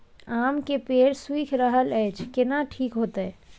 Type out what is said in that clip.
आम के पेड़ सुइख रहल एछ केना ठीक होतय?